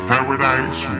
Paradise